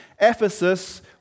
Ephesus